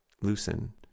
loosen